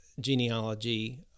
genealogy